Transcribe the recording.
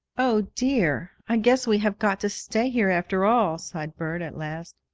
oh, dear, i guess we have got to stay here after all! sighed bert, at last.